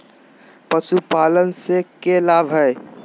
पशुपालन से के लाभ हय?